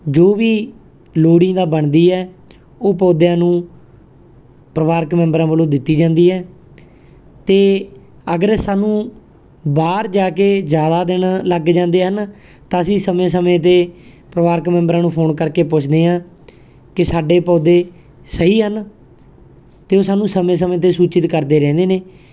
ਜੋ ਵੀ ਲੋੜੀਂਦਾ ਬਣਦੀ ਹੈ ਉਹ ਪੌਦਿਆਂ ਨੂੰ ਪਰਿਵਾਰਕ ਮੈਂਬਰਾਂ ਵੱਲੋਂ ਦਿੱਤੀ ਜਾਂਦੀ ਹੈ ਅਤੇ ਅਗਰ ਸਾਨੂੰ ਬਾਹਰ ਜਾ ਕੇ ਜ਼ਿਆਦਾ ਦਿਨ ਲੱਗ ਜਾਂਦੇ ਹਨ ਤਾਂ ਅਸੀਂ ਸਮੇਂ ਸਮੇਂ 'ਤੇ ਪਰਿਵਾਰਕ ਮੈਂਬਰਾਂ ਨੂੰ ਫੋਨ ਕਰਕੇ ਪੁੱਛਦੇ ਹਾਂ ਕਿ ਸਾਡੇ ਪੌਦੇ ਸਹੀ ਹਨ ਅਤੇ ਉਹ ਸਾਨੂੰ ਸਮੇਂ ਸਮੇਂ 'ਤੇ ਸੂਚਿਤ ਕਰਦੇ ਰਹਿੰਦੇ ਨੇੇ